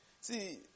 See